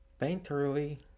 painterly